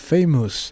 Famous